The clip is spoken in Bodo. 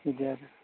दे